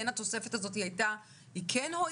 התוספת הזאת כן הועילה?